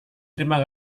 terima